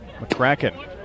McCracken